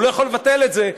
הוא לא יכול לבטל את זה,